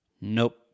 Nope